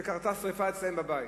שקרתה שרפה אצלה בבית.